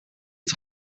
het